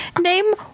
Name